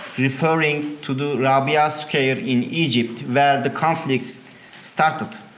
referring to the rabia scare in egypt where the conflicts started.